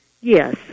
yes